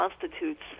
constitutes